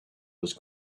was